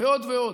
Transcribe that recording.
ועוד ועוד.